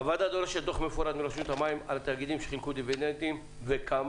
הוועדה דורשת דוח מפורט מרשות המים על תאגידים שחילקו דיבידנד וכמה,